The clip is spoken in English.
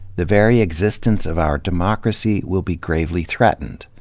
the very existence of our democracy will be gravely threatened.